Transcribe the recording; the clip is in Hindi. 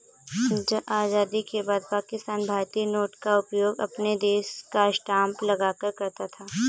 आजादी के बाद पाकिस्तान भारतीय नोट का उपयोग अपने देश का स्टांप लगाकर करता था